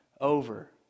over